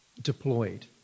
Deployed